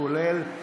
כולל,